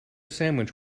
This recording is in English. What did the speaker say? sandwich